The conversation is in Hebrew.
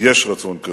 יש רצון כזה,